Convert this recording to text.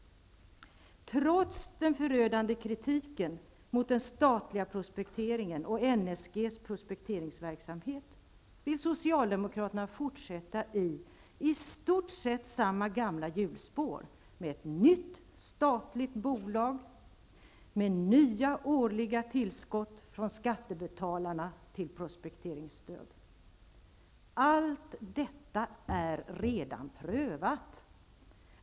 Trots den förödande kritiken mot den statliga prospekteringen och NSG:s prospekteringsverksamhet vill Socialdemokraterna fortsätta i i stort sett samma gamla hjulspår med ett nytt statligt bolag och med nya årliga tillskott från skattebetalarna till prospekteringsstöd. Allt detta är redan prövat.